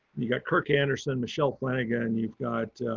you got kirk anderson, michelle flanagan, you've got